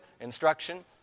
instruction